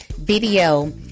video